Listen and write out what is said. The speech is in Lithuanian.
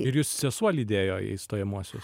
ir jus sesuo lydėjo į stojamuosius